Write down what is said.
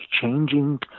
changing